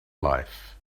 life